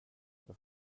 jag